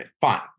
Fine